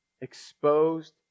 Exposed